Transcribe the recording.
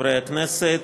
חברי הכנסת,